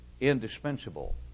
indispensable